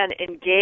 engage